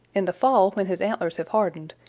in the fall, when his antlers have hardened,